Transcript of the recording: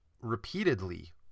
repeatedly